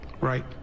Right